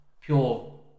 pure